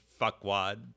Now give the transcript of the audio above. fuckwad